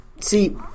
See